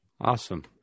Awesome